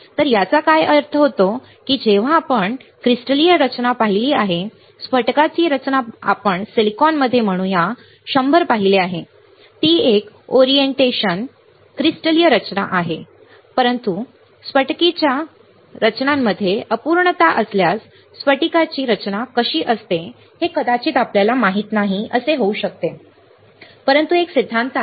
तर याचा काय अर्थ होतो की जेव्हा आपण क्रिस्टलीय रचना पाहिली आहे स्फटिकाची रचना आपण सिलिकॉनमध्ये म्हणूया 100 पाहिले आहे ती एक ओरिएंटेशन योग्य क्रिस्टलीय रचना आहे परंतु स्फटिकाच्या रचनांमध्ये अपूर्णता असल्यास स्फटिकाची रचना कशी असते हे कदाचित आपल्याला माहित नाही असे होऊ शकते परंतु हे फक्त एक सिद्धांत आहे